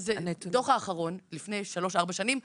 הדוח האחרון לפני שלוש-ארבע שנים.